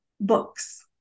Books